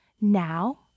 Now